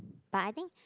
but I think